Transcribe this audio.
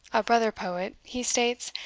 a brother poet, he states,